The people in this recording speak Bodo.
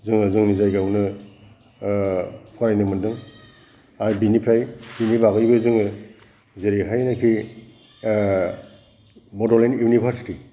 जोङो जोंनि जायगायावनो फरायनो मोनदों आरो बिनिफ्राय बिनि बादैबो जोङो जेरैहायनोखि बडलेण्ड इउनिभार्सिति